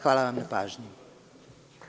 Hvala vam na pažnji.